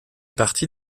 partie